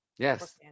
Yes